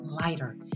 lighter